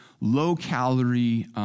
low-calorie